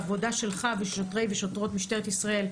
העבודה שלך ושל שוטרי ושוטרות משטרת ישראל,